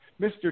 Mr